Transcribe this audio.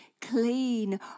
clean